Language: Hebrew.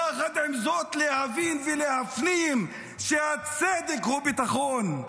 יחד עם זאת, להבין ולהפנים שהצדק הוא ביטחון,